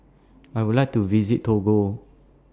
I Would like to visit Togo